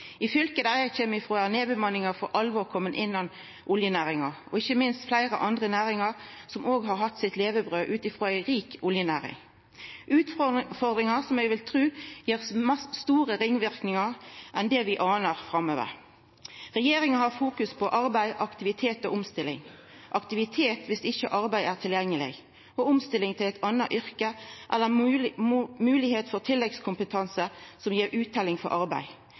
I fylket der eg kjem frå, er nedbemanninga for alvor komen innan oljenæringa, og ikkje minst innan fleire andre næringar som òg har hatt levebrødet sitt frå ei rik oljenæring. Det er utfordringar som eg vil tru gir større ringverknader framover enn det vi anar. Regjeringa fokuserer på arbeid, aktivitet og omstilling – aktivitet viss ikkje arbeid er tilgjengeleg, og omstilling til eit anna yrke eller moglegheit for tilleggskompetanse som gir utteljing for arbeid.